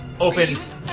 opens